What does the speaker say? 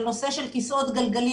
על נושא של כסאות גלגלים.